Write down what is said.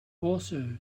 also